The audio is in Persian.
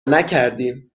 نکردیم